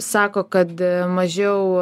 sako kad mažiau